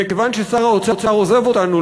וכיוון ששר האוצר עוזב אותנו,